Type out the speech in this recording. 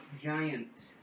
giant